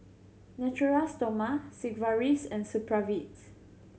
Natura Stoma Sigvaris and Supravit